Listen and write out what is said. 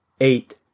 eight